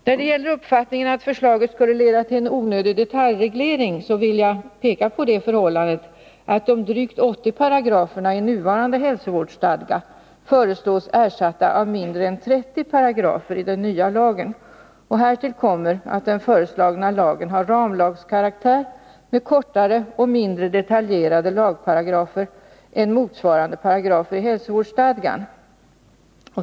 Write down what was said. När det gäller uppfattningen att förslaget skulle leda till en onödig detaljreglering vill jag här peka på det förhållandet att de drygt 80 paragraferna i nuvarande hälsovårdsstadga föreslås ersatta av mindre än 30 paragrafer i den nya lagen. Härtill kommer att den föreslagna lagen har ramlagskaraktär med kortare och mindre detaljerade lagparagrafer än motsvarande paragrafer i hälsovårdsstadgan.